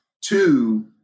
Two